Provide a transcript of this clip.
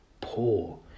poor